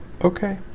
okay